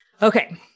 Okay